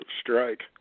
strike